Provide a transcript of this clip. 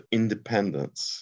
independence